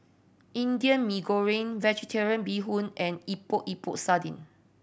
Indian Mee Goreng Vegetarian Bee Hoon and Epok Epok Sardin